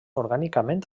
orgànicament